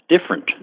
different